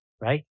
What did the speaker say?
right